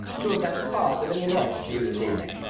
to have been the cause of any annoyance to you this evening.